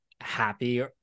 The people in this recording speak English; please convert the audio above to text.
happy